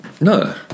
no